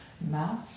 Mouth